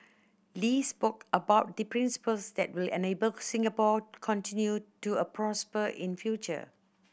Lee spoke about the principles that will enable Singapore continue to a prosper in future